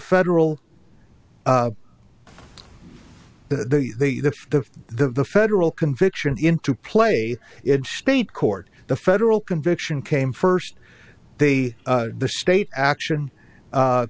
federal the the the the the the federal conviction into play in shape court the federal conviction came first they the state action